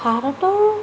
ভাৰতৰ